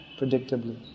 predictably